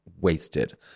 wasted